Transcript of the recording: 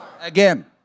Again